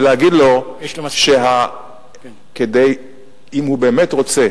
ולהגיד לו שאם הוא באמת רוצה